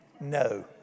No